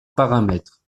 paramètres